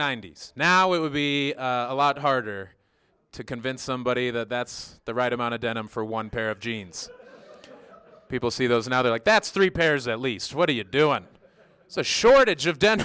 ninety's now it would be a lot harder to convince somebody that that's the right amount of denim for one pair of jeans people see those now they're like that's three pairs at least what are you doing so shortage of d